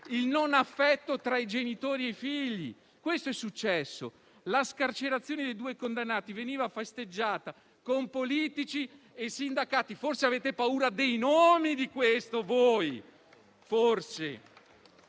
il non affetto tra genitori e figli. Questo è successo. La scarcerazione dei due condannati veniva festeggiata con politici e sindacati. Forse voi avete paura dei nomi di questi!